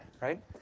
right